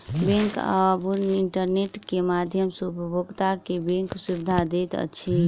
bank आब internet के माध्यम सॅ उपभोगता के बैंक सुविधा दैत अछि